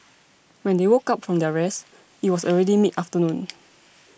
when they woke up from their rest it was already mid afternoon